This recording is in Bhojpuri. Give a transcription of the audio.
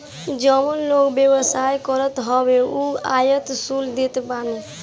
जवन लोग व्यवसाय करत हवन उ आयात शुल्क देत बाने